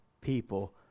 people